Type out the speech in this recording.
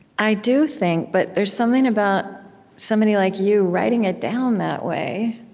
i do think, but there's something about somebody like you writing it down that way,